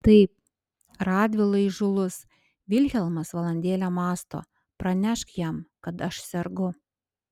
taip radvila įžūlus vilhelmas valandėlę mąsto pranešk jam kad aš sergu